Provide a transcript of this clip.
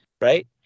right